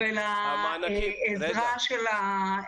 הזאת.